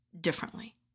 differently